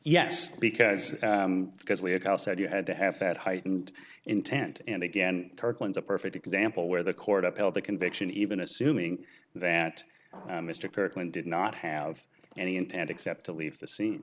yes because because we account said you had to have that heightened intent and again kirkland's a perfect example where the court upheld the conviction even assuming that mr kirkland did not have any intent except to leave t